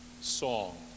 song